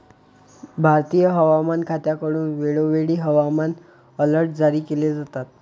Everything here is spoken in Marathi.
भारतीय हवामान खात्याकडून वेळोवेळी हवामान अलर्ट जारी केले जातात